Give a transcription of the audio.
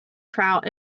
trout